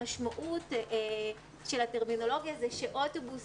המשמעות של הטרמינולוגיה היא שאוטובוס